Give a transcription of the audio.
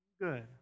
Good